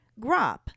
Grop